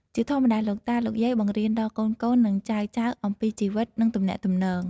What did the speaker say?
ជាធម្មតា លោកតា លោកយាយ បង្រៀនដល់កូនៗ និងចៅៗអំពីជីវិត និងទំនាក់ទំនង។